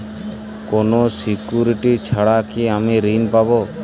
কোনো সিকুরিটি ছাড়া কি আমি ঋণ পাবো?